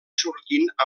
sortint